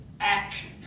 action